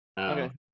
Okay